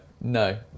no